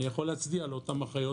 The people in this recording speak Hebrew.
אני יכול להצדיע לאותם אחיות,